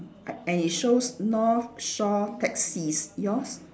a~ and it shows North Shore taxis yours